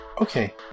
Okay